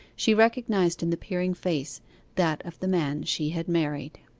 she recognized in the peering face that of the man she had married.